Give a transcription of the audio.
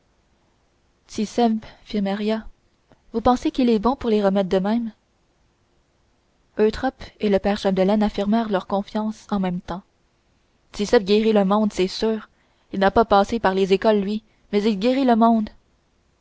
fit maria vous pensez qu'il est bon pour les maladies de même eutrope et le père chapdelaine affirmèrent leur confiance en même temps tit'sèbe guérit le monde c'est sûr il n'a pas passé par les écoles lui mais il guérit le monde